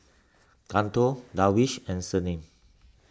Guntur Darwish and Senin